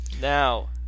Now